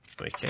okay